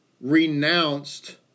renounced